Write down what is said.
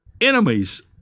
enemies